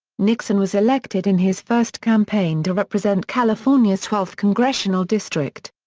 nixon was elected in his first campaign to represent california's twelfth congressional district.